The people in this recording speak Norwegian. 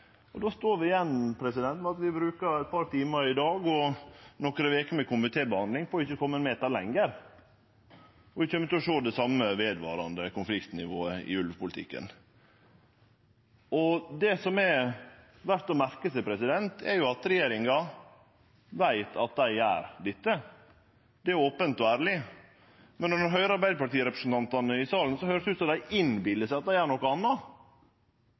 Då står vi igjen med at vi brukar eit par timar i dag og nokre veker med komitébehandling på ikkje å kome ein meter lenger, og vi kjem til å sjå det same vedvarande konfliktnivået i ulvepolitikken. Det som er verdt å merke seg, er at regjeringa veit at dei gjer dette. Det er ope og ærleg. Men når ein høyrer Arbeidarparti-representantane i salen, høyrest det ut som dei innbiller seg at dei gjer noko anna